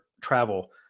travel